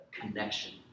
connection